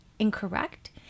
incorrect